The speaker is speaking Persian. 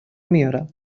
میارم